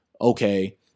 okay